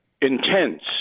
intense